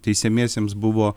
teisiamiesiems buvo